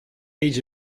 age